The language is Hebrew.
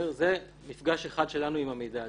זה מפגש אחד שלנו עם המידע הזה.